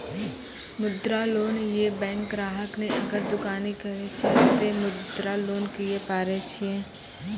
मुद्रा लोन ये बैंक ग्राहक ने अगर दुकानी करे छै ते मुद्रा लोन लिए पारे छेयै?